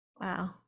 Wow